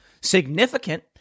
significant